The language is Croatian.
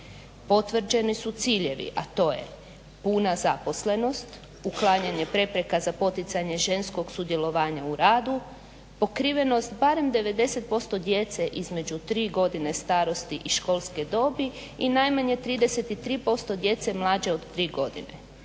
potvrđeni su ciljevi, a to je puna zaposlenost, uklanjanje prepreka za poticanje ženskog sudjelovanja u radu, pokrivenost barem 90% djece između 3 godine starosti i školske dobi i najmanje 33% djece mlađe od 3 godine.